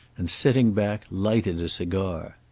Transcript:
and sitting back, lighted a cigar.